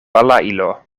balailo